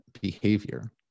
behavior